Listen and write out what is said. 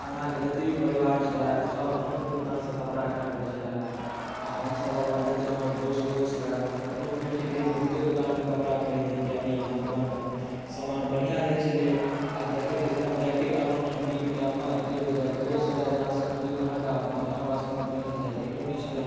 अंगनाके जत्ते भी परिवार छेलै सभ अहीँके दोकान से कपड़ा खरीदे छेलै आ हम सभ अपन जत्ते हमर दोस्त तोस्त छेलै तेकरो कहै छेलिये जे हुनके दोकान से कपड़ा खरिदहैं किएकि अहाँके दोकानके सामान बढ़िऑं रहै छेलै आब देखियो तऽ एकदम जैकेट अनलहुॅं ठंडीके टाइममे एगो जैकेटे छेलै जे अहाँ से खरिदलहुॅं वएहटा बाँकी हमरा पास पहिने से जैकेटो नहि छेलै